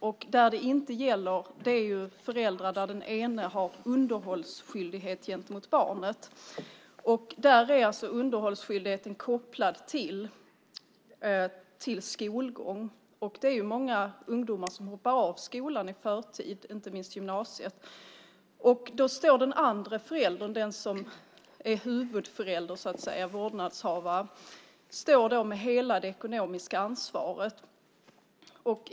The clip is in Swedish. Det gäller inte när den ena föräldern har underhållsskyldighet gentemot barnet. Då är underhållsskyldigheten kopplad till skolgång. Det är många ungdomar som hoppar av skolan i förtid, inte minst gymnasiet. Då står den andra föräldern, den som så att säga är huvudförälder, vårdnadshavaren, med hela det ekonomiska ansvaret.